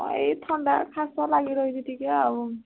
ହଁ ଏଇ ଥଣ୍ଡା ଖାସ ଲାଗି ରହିବି ଟିକେ ଆଉ